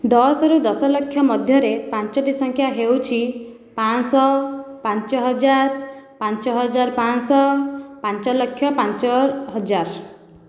ଦଶରୁ ଦଶ ଲକ୍ଷ ମଧ୍ୟରେ ପାଞ୍ଚଟି ସଂଖ୍ୟା ହେଉଛି ପାଞ୍ଚ ଶହ ପାଞ୍ଚ ହଜାର ପାଞ୍ଚ ହଜାର ପାଞ୍ଚ ଶହ ପାଞ୍ଚ ଲକ୍ଷ ପାଞ୍ଚ ହଜାର